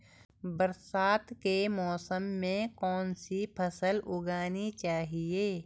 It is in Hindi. बरसात के मौसम में कौन सी फसल उगानी चाहिए?